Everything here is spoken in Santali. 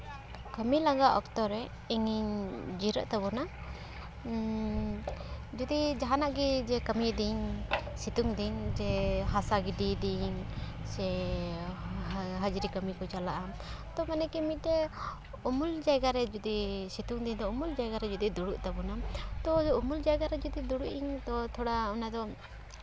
ᱠᱟᱹᱢᱤ ᱞᱟᱸᱜᱟ ᱚᱠᱛᱚ ᱨᱮ ᱤᱧᱤᱧ ᱡᱤᱨᱟᱹᱜ ᱛᱟᱵᱚᱱᱟ ᱡᱩᱫᱤ ᱡᱟᱦᱟᱱᱟᱜ ᱜᱮ ᱡᱮ ᱠᱟᱹᱢᱤᱭᱤᱫᱟᱹᱧ ᱥᱤᱛᱩᱝ ᱫᱤᱱ ᱡᱮ ᱦᱟᱥᱟ ᱜᱤᱰᱤᱭ ᱫᱟᱹᱧ ᱥᱮ ᱦᱟᱡᱽᱨᱤ ᱠᱟᱹᱢᱤ ᱠᱚ ᱪᱟᱞᱟᱜᱼᱟ ᱛᱚᱵᱮ ᱚᱱᱟ ᱠᱤ ᱢᱤᱫᱴᱮᱱ ᱩᱢᱩᱞ ᱡᱟᱭᱜᱟ ᱨᱮ ᱡᱩᱫᱤ ᱥᱤᱛᱩᱝ ᱫᱤᱱ ᱫᱚ ᱩᱢᱩᱞ ᱡᱟᱭᱜᱟ ᱨᱮ ᱡᱩᱫᱤ ᱫᱩᱲᱩᱵ ᱛᱟᱵᱚᱱᱟᱢ ᱛᱳ ᱩᱢᱩᱞ ᱡᱟᱭᱜᱟ ᱨᱮ ᱡᱩᱫᱤ ᱫᱩᱲᱩᱵᱤᱧ ᱛᱳ ᱛᱷᱚᱲᱟ ᱚᱱᱟ ᱫᱚ